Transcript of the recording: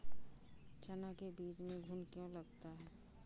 चना के बीज में घुन क्यो लगता है?